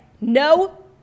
no